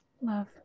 love